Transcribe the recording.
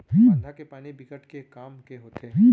बांधा के पानी बिकट के काम के होथे